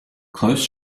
close